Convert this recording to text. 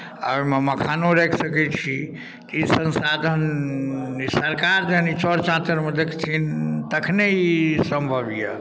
आ ओहिमे मखानो राखि सकै छी ई संसाधन जे सरकार जखन ई चर चातरिमे देखथिन तखने ई सम्भव यए